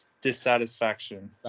dissatisfaction